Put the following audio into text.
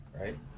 right